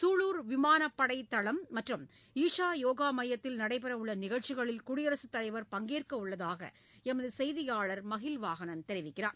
சூளுர் விமானப் படை தளம் மற்றும் ஈசா யோகா மையத்தில் நடைபெறவுள்ள நிகழ்ச்சிகளில் குடியரசுத் தலைவர் பங்கேற்கவுள்ளதாக எமது செய்தியாளர் மஹில்வாகனன் தெரிவிக்கிறார்